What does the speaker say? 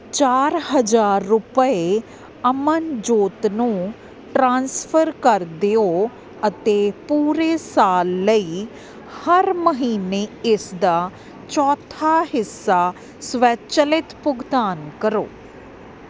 ਚਾਰ ਹਜ਼ਾਰ ਰਪਏ ਅਮਨਜੋਤ ਨੂੰ ਟ੍ਰਾਂਸਫਰ ਕਰ ਦਿਓ ਅਤੇ ਪੂਰੇ ਸਾਲ ਲਈ ਹਰ ਮਹੀਨੇ ਇਸਦਾ ਚੌਥਾ ਹਿੱਸਾ ਸਵੈਚਲਿਤ ਭੁਗਤਾਨ ਕਰੋ